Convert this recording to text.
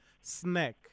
snack